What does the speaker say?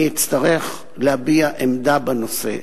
אני אצטרך להביע עמדה בנושא.